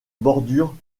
bordure